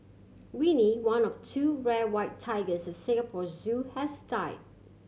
Winnie one of two rare white tigers at Singapore Zoo has died